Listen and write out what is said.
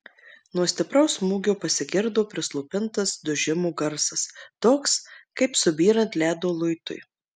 nuo stipraus smūgio pasigirdo prislopintas dužimo garsas toks kaip subyrant ledo luitui